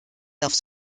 aufs